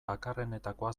bakarrenetakoa